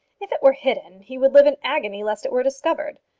if it were hidden, he would live in agony lest it were discovered.